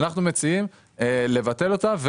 אנחנו מציעים לבטל אותה,